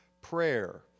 prayer